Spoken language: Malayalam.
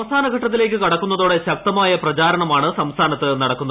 അവസാന ഘട്ടത്തിലേക്ക് കടക്കുന്നതോടെ ശക്തമായ പ്രചാരണമാണ് സംസ്ഥാനത്ത് നടക്കുന്നത്